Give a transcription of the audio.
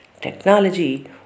Technology